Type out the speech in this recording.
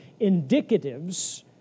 indicatives